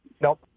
Nope